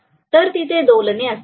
तर तिथे दोलने असतील